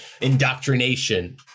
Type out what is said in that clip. Indoctrination